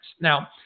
Now